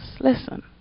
listen